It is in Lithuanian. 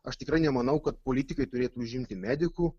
aš tikrai nemanau kad politikai turėtų užimti medikų